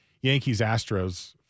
Yankees-Astros